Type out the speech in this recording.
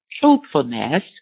truthfulness